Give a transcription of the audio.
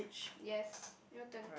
yes your turn